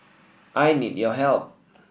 I need your help